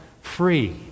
free